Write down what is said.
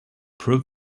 prove